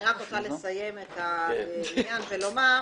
אני רק רוצה לסיים את העניין ולומר,